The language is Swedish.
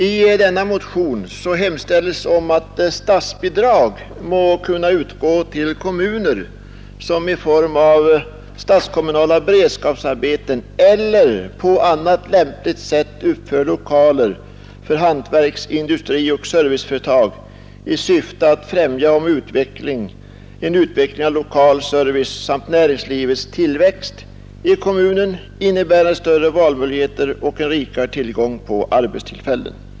I denna motion hemställes om att statsbidrag må kunna utgå till kommuner, som i form av statskommunala beredskapsarbeten eller på annat lämpligt sätt uppför lokaler för hantverks-, industrioch serviceföretag i syfte att främja en utveckling av lokal service samt näringslivets tillväxt i kommunen, innebärande större valmöjligheter och en rikare tillgång på arbetstillfällen.